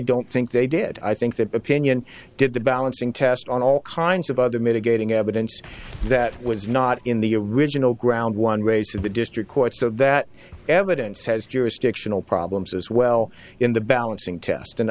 don't think they did i think that opinion did the balancing test on all kinds of other mitigating evidence that was not in the original ground one race of the district court so that evidence has jurisdictional problems as well in the balancing test